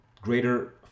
greater